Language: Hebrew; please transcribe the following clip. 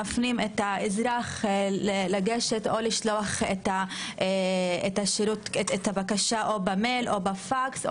מפנים את האזרח לשלוח את הבקשה במייל או בפקס,